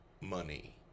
money